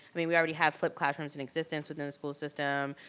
i mean, we already have flipped classrooms in existence within the school system,